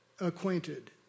acquainted